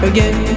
Again